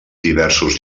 diversos